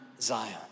Zion